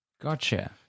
Gotcha